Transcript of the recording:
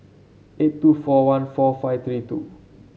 eight two four one four five three two